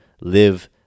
live